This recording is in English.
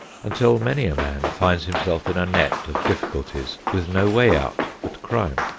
until many a man finds himself in a net of difficulties with no way out but crime.